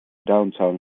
downtown